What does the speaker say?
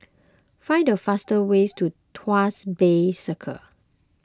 find the fastest way to Tuas Bay Circle